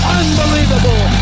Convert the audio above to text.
unbelievable